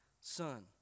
Son